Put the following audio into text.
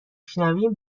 شنویم